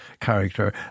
character